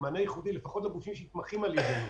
לפחות לגופים שנתמכים על ידנו,